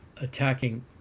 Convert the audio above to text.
attacking